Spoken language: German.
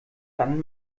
dann